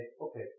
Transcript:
okay